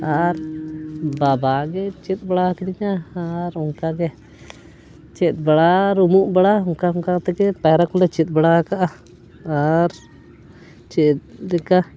ᱟᱨ ᱵᱟᱵᱟᱜᱮ ᱪᱮᱫ ᱵᱟᱲᱟ ᱠᱟᱣᱫᱤᱧᱟ ᱟᱨ ᱚᱱᱠᱟᱜᱮ ᱪᱮᱫ ᱵᱟᱲᱟ ᱟᱨ ᱩᱢᱩᱜ ᱵᱟᱲᱟ ᱚᱱᱠᱟ ᱚᱱᱠᱟ ᱛᱮᱜᱮ ᱯᱟᱭᱨᱟ ᱠᱚᱞᱮ ᱪᱮᱫ ᱵᱟᱲᱟ ᱠᱟᱜᱼᱟ ᱟᱨ ᱪᱮᱫ ᱞᱮᱠᱟ